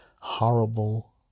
Horrible